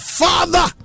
father